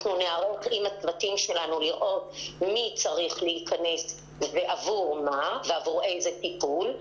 ניערך עם הצוותים שלנו לראות מי צריך להיכנס ועבור מה ועבור איזה טיפול.